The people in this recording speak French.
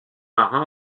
marins